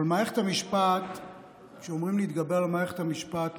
אבל כשמדברים על התגברות על מערכת המשפט,